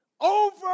over